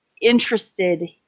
interested